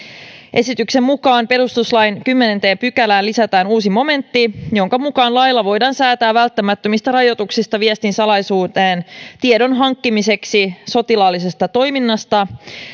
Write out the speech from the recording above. esityksen mukaan perustuslain kymmenenteen pykälään lisätään uusi momentti jonka mukaan lailla voidaan säätää välttämättömistä rajoituksista viestin salaisuuteen tiedon hankkimiseksi sotilaallisesta toiminnasta